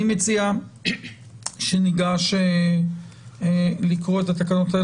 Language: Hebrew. אני מציע שניגש לקרוא את התקנות.